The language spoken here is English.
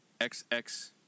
XX